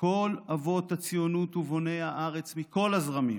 כל אבות הציונות ובוני הארץ מכל הזרמים,